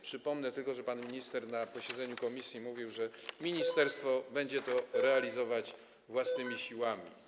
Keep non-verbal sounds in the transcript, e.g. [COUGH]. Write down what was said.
Przypomnę tylko, że pan minister na posiedzeniu komisji mówił, że ministerstwo [NOISE] będzie to realizować własnymi siłami.